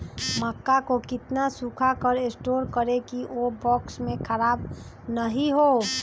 मक्का को कितना सूखा कर स्टोर करें की ओ बॉक्स में ख़राब नहीं हो?